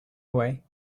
away